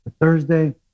Thursday